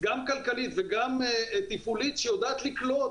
גם כלכלית וגם תפעולית שיודעת לקלוט